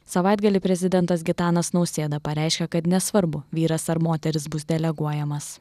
savaitgalį prezidentas gitanas nausėda pareiškė kad nesvarbu vyras ar moteris bus deleguojamas